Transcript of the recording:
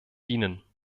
dienen